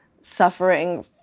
suffering